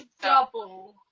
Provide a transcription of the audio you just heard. double